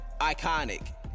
iconic